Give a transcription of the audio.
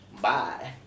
Bye